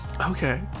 Okay